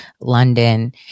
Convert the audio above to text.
London